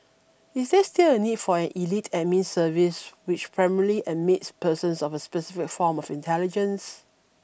is there still a need for an elite Admin Service which primarily admits persons of a specific form of intelligence